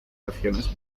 regiones